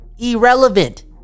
Irrelevant